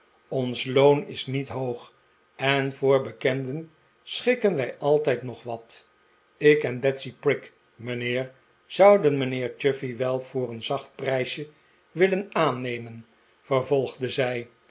ons loon is niet hoog en voor bekenden schikken wij altijd nog wat ik en betsy prig mijnheer zouden mijnheer chuffey wel voor een zacht prijsje willen aannemen vervolgde zij